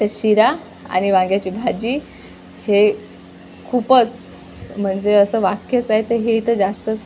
तर शिरा आणि वांग्याची भाजी हे खूपच म्हणजे असं वाक्यच आहे तर हे इथं जास्तच